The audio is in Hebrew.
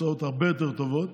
תוצאות הרבה יותר טובות,